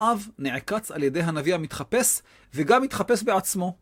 אב נעקץ על ידי הנביא המתחפש, וגם מתחפש בעצמו.